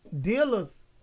dealers